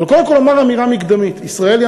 אבל קודם כול אומר אמירה מקדמית: ישראל היא